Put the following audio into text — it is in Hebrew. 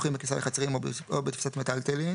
הכרוכים בכניסה לחצרים או בתפיסת מיטלטלין"